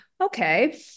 okay